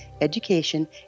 education